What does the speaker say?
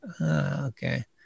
okay